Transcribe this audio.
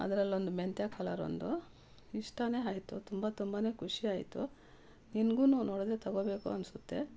ಅದ್ರಲ್ಲೊಂದು ಮೆಂತ್ಯ ಕಲರ್ ಒಂದು ಇಷ್ಟ ಆಯ್ತು ತುಂಬ ತುಂಬ ಖುಷಿಯಾಯಿತು ನಿನ್ಗೂ ನೋಡಿದ್ರೆ ತಗೊಬೇಕು ಅನಿಸುತ್ತೆ